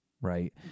right